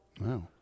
Wow